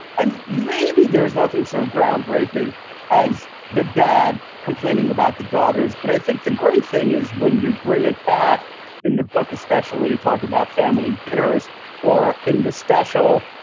and maybe there's nothing so groundbreaking as the dad complaining about the daughters. but i think the great thing is when you bring it back in the book, especially talking about family dinners or in the special,